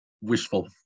wishful